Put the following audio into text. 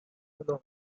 hello